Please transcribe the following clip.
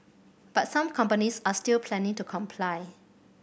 but some companies are still planning to comply